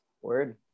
word